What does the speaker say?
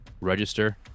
register